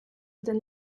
den